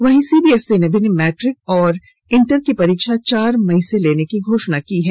वहीं सीबीएसई ने भी मैट्रिक और इंटर की परीक्षा चार मई से लेने की घोषणा की है